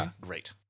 great